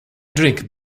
drink